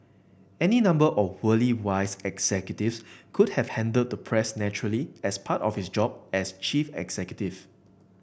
any number of worldly wise executives could have handled the press naturally as part of his job as chief executive